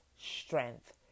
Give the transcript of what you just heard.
strength